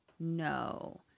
no